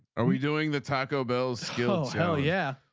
are we doing the taco bell skills. oh yeah.